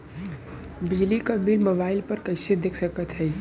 बिजली क bill mobile पर कईसे देख सकत हई?